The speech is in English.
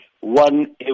one